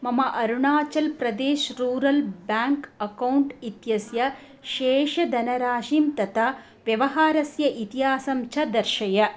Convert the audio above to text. मम Arunachal Pradesh rural bank account इत्यस्य शेषधनराशिं तथा व्यवहारस्य इतिहासं च दर्शय